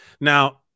Now